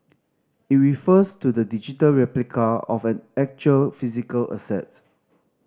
it refers to the digital replica of an actual physical assets